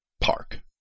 park